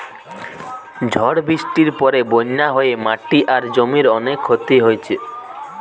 ঝড় বৃষ্টির পরে বন্যা হয়ে মাটি আর জমির অনেক ক্ষতি হইছে